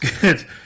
good